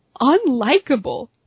unlikable